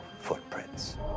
footprints